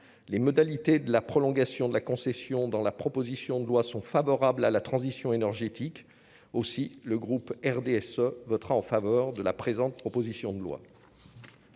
les modalités de la prolongation de la concession dans la proposition de loi sont favorables à la transition énergétique aussi le groupe RDSE votera en faveur de la présente proposition de loi.